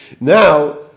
Now